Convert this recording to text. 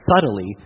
subtly